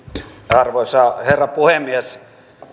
arvoisa herra puhemies